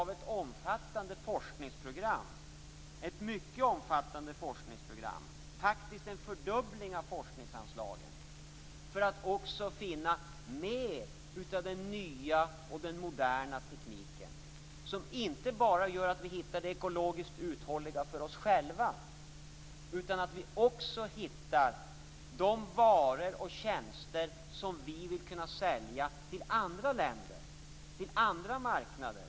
Vi har också ett mycket omfattande forskningsprogram som innebär en fördubbling av forskningsanslagen för att finna mer av den nya och moderna tekniken. Den gör inte bara att vi hittar det som är ekologiskt uthålligt för oss själva, utan att vi också hittar de varor och tjänster som vi vill kunna sälja till andra länder och till andra marknader.